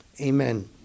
amen